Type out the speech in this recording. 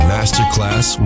Masterclass